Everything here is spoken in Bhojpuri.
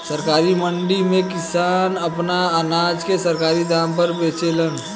सरकारी मंडी में किसान आपन अनाज के सरकारी दाम पर बेचेलन